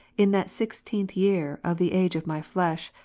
in that sixteenth year of the age of my flesh,